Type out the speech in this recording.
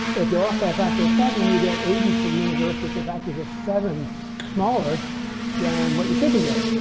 if you're off by a factor of seven, you get ages for the universe, which are factors of seven smaller than what you should be getting.